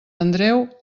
andreu